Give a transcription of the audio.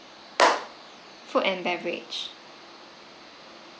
food and beverage